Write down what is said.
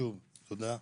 שוב, תודה.